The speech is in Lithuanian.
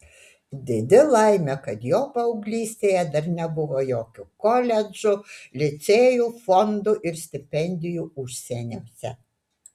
didi laimė kad jo paauglystėje dar nebuvo jokių koledžų licėjų fondų ir stipendijų užsieniuose